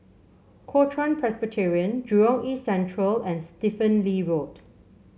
Kuo Chuan Presbyterian Jurong East Central and Stephen Lee Road